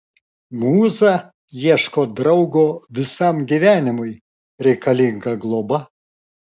mūza ieško draugo visam gyvenimui reikalinga globa